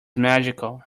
magical